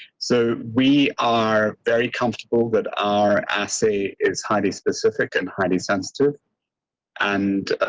so we are very comfortable with our essay is highly specific. and heidi sense to and